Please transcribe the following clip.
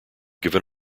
given